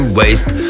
waste